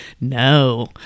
no